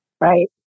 Right